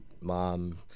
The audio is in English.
mom